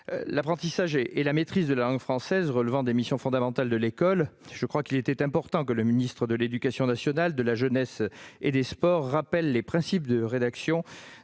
L'apprentissage et la maîtrise de la langue française relevant des missions fondamentales de l'école, il était important que le ministre de l'éducation nationale, de la jeunesse et des sports rappelle les principes de rédaction